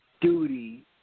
duty